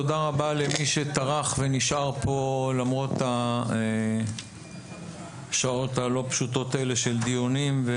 תודה רבה למי שטרח ונשאר כאן למרות השעות הלא פשוטות האלה של דיונים.